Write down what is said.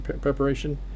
preparation